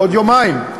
עוד יומיים.